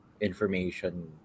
information